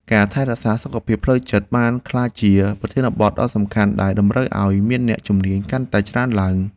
ការថែទាំសុខភាពផ្លូវចិត្តបានក្លាយជាប្រធានបទដ៏សំខាន់ដែលតម្រូវឱ្យមានអ្នកជំនាញកាន់តែច្រើនឡើង។